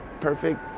perfect